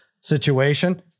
situation